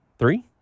Three